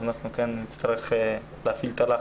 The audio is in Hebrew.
אנחנו כן נצטרך להפעיל את הלחץ.